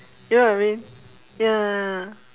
you know what I mean ya